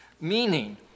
meaning